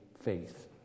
faith